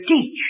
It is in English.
teach